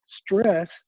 stress